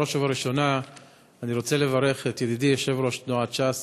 בראש ובראשונה אני רוצה לברך את ידידי יושב-ראש תנועת ש"ס